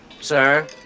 sir